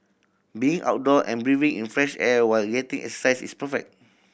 being outdoor and breathing in fresh air while getting exercise is perfect